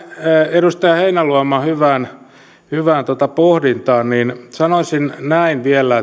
edustaja heinäluoman hyvään pohdintaan sanoisin näin vielä